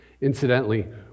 Incidentally